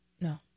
no